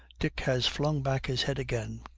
dick has flung back his head again.